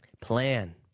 plan